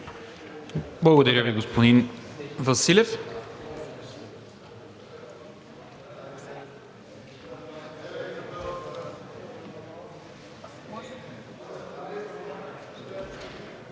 Благодаря Ви, господин Кралев.